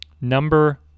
Number